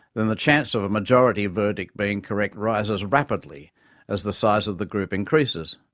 then the chance of a majority verdict being correct rises rapidly as the size of the group increases.